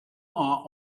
are